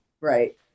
right